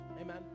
Amen